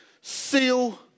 seal